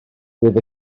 bydd